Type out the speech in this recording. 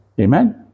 Amen